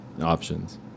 options